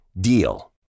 DEAL